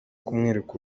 kumwereka